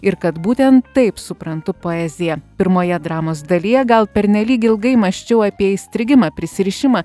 ir kad būtent taip suprantu poeziją pirmoje dramos dalyje gal pernelyg ilgai mąsčiau apie įstrigimą prisirišimą